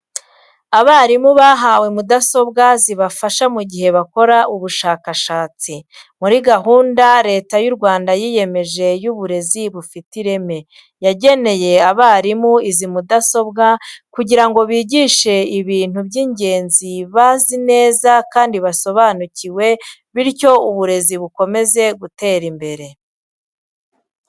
Abarimu bahawe mudasobwa zizabafasha mu gihe bakora ubushakashatsi. Muri gahunda Leta y'u Rwanda yiyemeje y'uburezi bufite ireme, yageneye abarimu izi mudasobwa kugira ngo bigishe ibintu by'ingenzi bazi neza kandi basobanukiwe bityo uburezi bukomeze gutera imbere.